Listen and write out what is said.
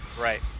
Right